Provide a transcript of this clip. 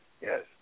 yes